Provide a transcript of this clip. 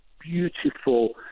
beautiful